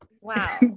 wow